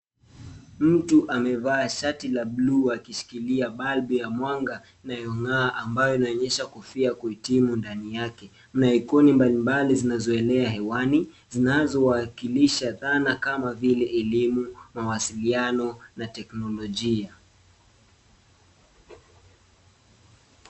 Mtu amevaa shati la blue , akishikilia bulb ya mwanga inayong'aa, ambayo inaonyesha kofia ya kuhitimu ndani yake. Kuna ikoni mbali mbali zinazoenea hewani, zinazowakilisha dhana kama vile elimu, mawasiliano, na teknolojia.